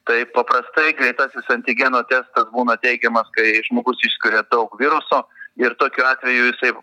tai paprastai greitasis antigeno testas būna teigiamas kai žmogus išskiria daug viruso ir tokiu atveju jisai